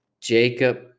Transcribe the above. Jacob